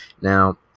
Now